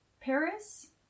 Paris